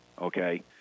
okay